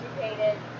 educated